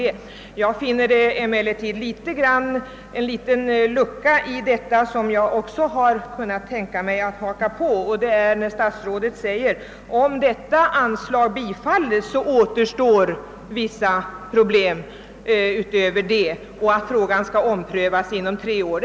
Det finns emellertid en liten lucka i detta, ty statsrådet säger, att om detta anslag bifalles, så återstår ändå vissa problem, och frågan skall omprövas om tre år.